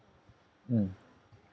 mm